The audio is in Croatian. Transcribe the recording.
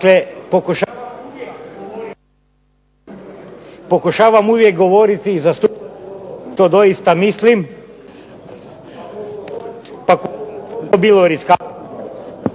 pokušavam uvijek govoriti i zastupati ono što doista mislim, pa koliko to bilo riskantno.